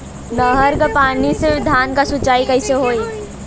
नहर क पानी से धान क सिंचाई कईसे होई?